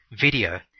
video